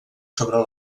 sobre